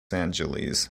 angeles